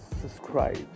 subscribe